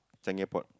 Changi Airport